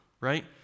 right